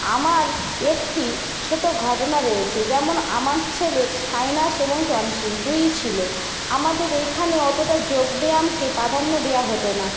আমার একটি ছোট ঘটনা রয়েছে যেমন আমার ছেলের সাইনাস এবং টনসিল দুইই ছিল আমাদের এখানে অতটা যোগব্যায়ামকে প্রাধান্য দেওয়া হতো না